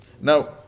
now